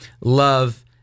love